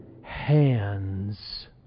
hands